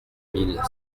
mille